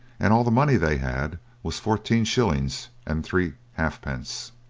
and all the money they had was fourteen shillings and three half-pence.